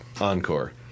Encore